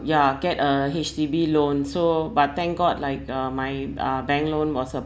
ya get a H_D_B loan so but thank god like uh my uh bank loan was